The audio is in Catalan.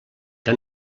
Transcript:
que